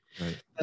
Right